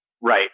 Right